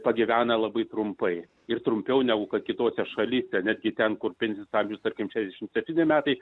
pagyvenę labai trumpai ir trumpiau negu kitose šalyse netgi ten kur pintis pavyzdžiui tarkim šešiasdešim septyni metai